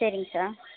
சரிங்க சார்